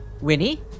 Winnie